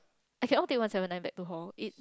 I can all take one seven nine back to hall